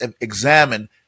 examine